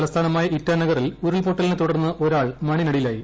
തലസ്ഥാനമായ ഇറ്റാനഗറിൽ ഉരുൾപ്പൊട്ടലിനെ തുടർന്ന് ഒരാൾ മണ്ണിനടിയിലായി